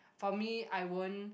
for me I won't